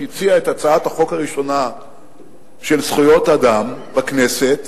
שהציע את הצעת החוק הראשונה של זכויות אדם בכנסת,